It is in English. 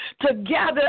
together